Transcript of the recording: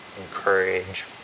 encourage